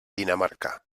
dinamarca